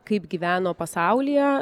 kaip gyveno pasaulyje